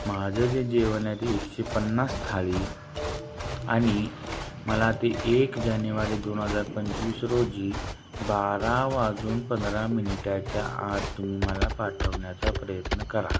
माझं जे जेवण आहे ते एकशे पन्नास थाळी आणि मला ते एक जानेवारी दोन हजार पंचवीस रोजी बारा वाजून पंधरा मिनिटाच्या आत तुम्ही मला पाठवण्याचा प्रयत्न करा